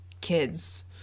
kids